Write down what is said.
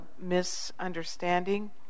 misunderstanding